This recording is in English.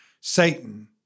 Satan